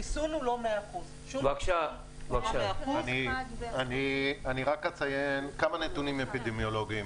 חיסון הוא לא 100%. אני רק אציין כמה נתונים אפידמיולוגים: